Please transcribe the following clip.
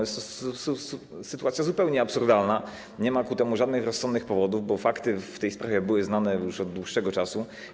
Jest to sytuacja zupełnie absurdalna, nie ma ku temu żadnych rozsądnych powodów, bo fakty w tej sprawie były znane już od dłuższego czasu.